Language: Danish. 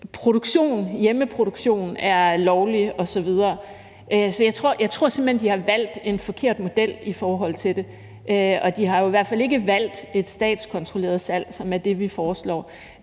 model, hvor hjemmeproduktion er lovlig osv. Så jeg tror simpelt hen, de har valgt en forkert model i forhold til det, og de har jo i hvert fald ikke valgt et statskontrolleret salg, som er det, vi foreslår.